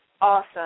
Awesome